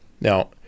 now